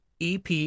EP